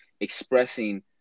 expressing